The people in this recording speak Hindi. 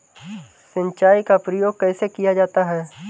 सिंचाई का प्रयोग कैसे किया जाता है?